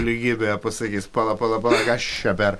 lygybė pasakys pala pala pala kas čia per